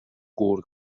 گرگ